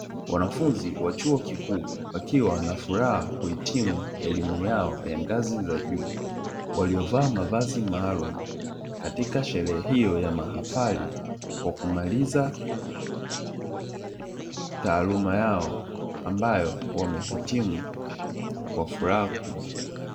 Wanafunzi wa chuo kikuu wakiwa na furaha kuhitimu elimu yao ya ngazi za juu, waliovaa vazi maalumu katika sherehe hiyo ya mahafali kwa kumaliza taaluma yao ambayo wamehitimu kwa furaha kubwa.